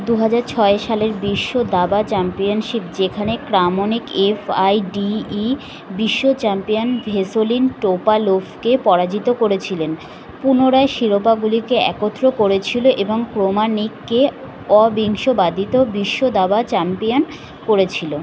দু হাজার ছয় সালের বিশ্ব দাবা চ্যাম্পিয়ানশিপ যেখানে Kramnik F I D E বিশ্ব চ্যাম্পিয়ন ভেসলিন টোপালোভকে পরাজিত করেছিলেন পুনরায় শিরোপাগুলিকে একত্র করেছিলো এবং ক্রমানিককে অবিসংবাদিত বিশ্ব দাবা চ্যাম্পিয়ান করেছিলো